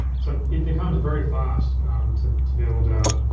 so it becomes very fast to to build